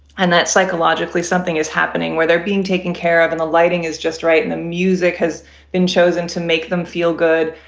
and that's psychologically something is happening where they're being taken care of and the lighting is just right and the music has been chosen to make them feel good.